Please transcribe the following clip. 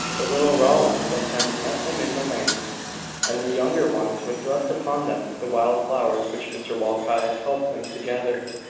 the little rowlands sometimes met them in the lanes and the younger ones would thrust upon them the wild flowers which mr walcot had helped them to gather,